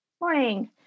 Morning